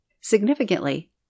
Significantly